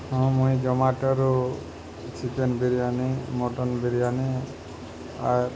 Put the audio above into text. ହଁ ମୁଇଁ ଜମାଟୋରୁ ଚିକେନ୍ ବିରିୟାନି ମଟନ୍ ବିରିୟାନି ଆର୍